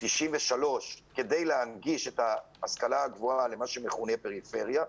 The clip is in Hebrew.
ב-1993 כדי להנגיש את ההשכלה הגבוהה למה שמכונה הפריפריה.